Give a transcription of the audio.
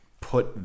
put